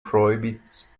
prohibits